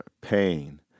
pain